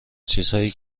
چیزهایی